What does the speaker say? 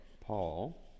Paul